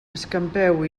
escampeu